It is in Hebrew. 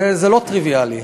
וזה לא טריוויאלי.